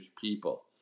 people